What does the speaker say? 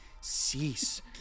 cease